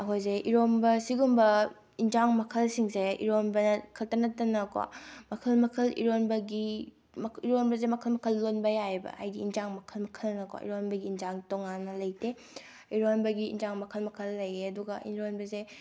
ꯑꯩꯈꯣꯏꯁꯦ ꯏꯔꯣꯟꯕ ꯁꯤꯒꯨꯝꯕ ꯑꯦꯟꯁꯥꯡ ꯃꯈꯜꯁꯤꯡꯁꯦ ꯏꯔꯣꯟꯕ ꯈꯛꯇ ꯅꯠꯇꯅꯀꯣ ꯃꯈꯜ ꯃꯈꯜ ꯏꯔꯣꯟꯕꯒꯤ ꯏꯔꯣꯟꯕꯁꯦ ꯃꯈꯜ ꯃꯈꯜ ꯂꯣꯟꯕ ꯌꯥꯏꯕ ꯍꯥꯏꯗꯤ ꯑꯦꯟꯁꯥꯡ ꯃꯈꯜ ꯃꯈꯜꯅꯀꯣ ꯏꯔꯣꯟꯕꯒꯤ ꯑꯦꯟꯁꯥꯡ ꯇꯣꯉꯥꯟꯅ ꯂꯩꯇꯦ ꯏꯔꯣꯟꯕꯒꯤ ꯑꯦꯟꯁꯥꯡ ꯃꯈꯜ ꯃꯈꯜ ꯂꯩꯌꯦ ꯑꯗꯨꯒ ꯏꯔꯣꯟꯕꯁꯦ ꯑꯩꯈꯣꯏꯒꯤ